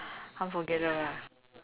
unforgettable